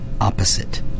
opposite